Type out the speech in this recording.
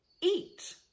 eat